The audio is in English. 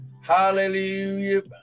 Hallelujah